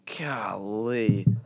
Golly